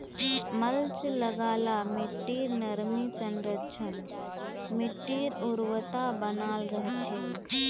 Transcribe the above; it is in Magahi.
मल्च लगा ल मिट्टीर नमीर संरक्षण, मिट्टीर उर्वरता बनाल रह छेक